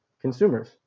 consumers